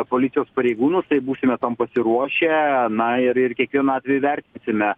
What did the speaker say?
policijos pareigūnus tai būsime tam pasiruošę na ir ir kiekvieną atvejį vertinsime